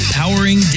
powering